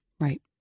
Right